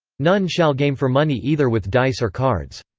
none shall game for money either with dice or cards.